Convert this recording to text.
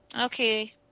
Okay